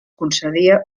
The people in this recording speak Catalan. concedia